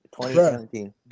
2017